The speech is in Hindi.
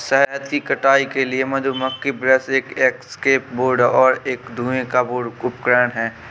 शहद की कटाई के लिए मधुमक्खी ब्रश एक एस्केप बोर्ड और एक धुएं का बोर्ड उपकरण हैं